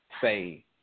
Say